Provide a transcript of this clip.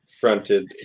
fronted